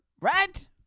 Right